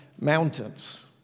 mountains